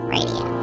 Radio